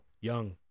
young